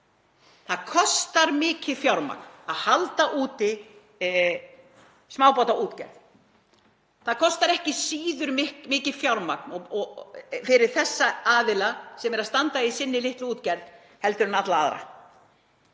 Það kostar mikið fjármagn að halda úti smábátaútgerð. Það kostar ekki síður mikið fjármagn fyrir þessa aðila, sem standa í sinni litlu útgerð, en fyrir alla aðra.